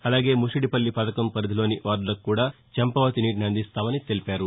అలాగే ముషిడిపల్లి పధకం పరిధిలోని వార్డులకు కూడా చంపావతి నీటిని అందిస్తామని తెలిపారు